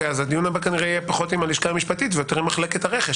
אז הדיון הבא יהיה כנראה פחות עם הלשכה המשפטית ויותר עם מחלקת הרכש,